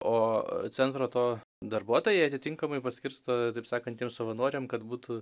o centro to darbuotojai atitinkamai paskirsto taip sakant tiem savanoriam kad būtų